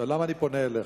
למה אני פונה אליך?